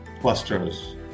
clusters